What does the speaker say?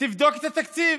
תבדוק את התקציב,